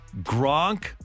Gronk